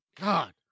God